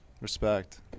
respect